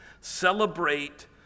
celebrate